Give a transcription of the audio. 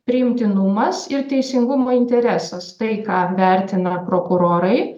priimtinumas ir teisingumo interesas tai ką vertina prokurorai